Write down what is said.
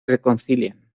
reconcilian